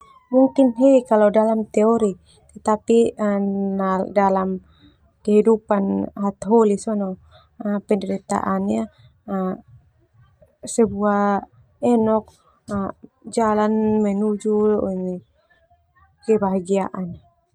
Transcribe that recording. Mungkin he kalo dalam teori tetapi dalam kehidupan hataholi sona penderitaannya sebuah enok jalan menuju kebahagiaan.